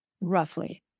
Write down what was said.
Roughly